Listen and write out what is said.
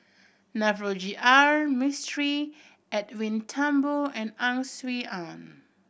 Navroji R Mistri Edwin Thumboo and Ang Swee Aun